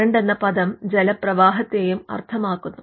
current എന്ന പദം ജലപ്രവാഹത്തെയും അർത്ഥമാക്കുന്നു